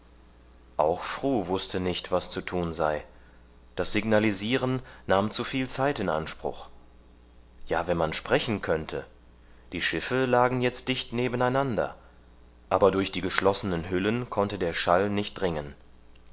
auch fru wußte nicht was zu tun sei das signalisieren nahm zu viel zeit in anspruch ja wenn man sprechen könnte die schiffe lagen jetzt dicht nebeneinander aber durch die geschlossenen hüllen konnte der schall nicht dringen